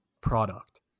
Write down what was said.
product